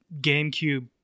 GameCube